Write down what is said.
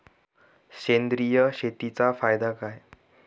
सेंद्रिय शेतीचा फायदा काय?